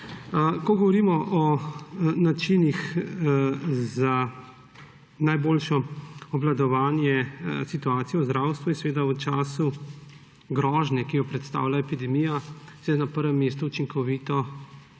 Ko govorimo o načinih za najboljšo obvladovanje situacije v zdravstvu, je v času grožnje, ki jo predstavlja epidemija, seveda na prvem mestu učinkovito